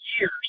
years